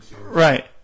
right